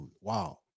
wow